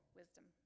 wisdom